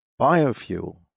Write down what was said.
biofuel